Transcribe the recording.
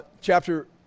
Chapter